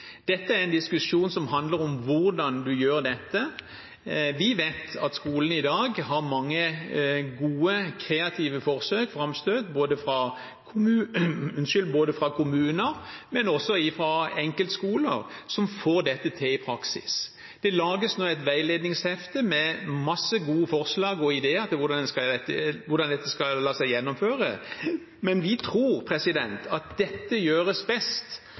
Dette er en diskusjon som handler om hvordan man gjør dette. Vi vet at skolen i dag har mange gode, kreative forsøk og framstøt, både fra kommuner og fra enkeltskoler som får dette til i praksis. Det lages nå et veiledningshefte med masse gode forslag og ideer til hvordan dette skal la seg gjennomføre. Men vi tror at dette gjøres best